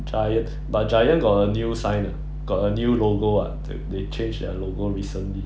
Giant but Giant got a new sign got a new logo ah they they change their logo recently